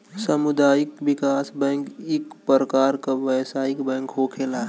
सामुदायिक विकास बैंक इक परकार के व्यवसायिक बैंक होखेला